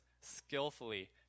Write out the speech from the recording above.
skillfully